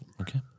okay